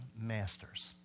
masters